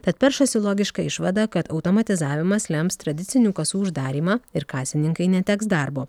tad peršasi logiška išvada kad automatizavimas lems tradicinių kasų uždarymą ir kasininkai neteks darbo